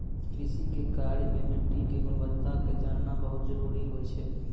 कृषि के कार्य मॅ मिट्टी के गुणवत्ता क जानना बहुत जरूरी होय छै